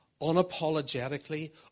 unapologetically